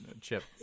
chip